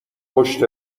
پشت